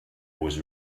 was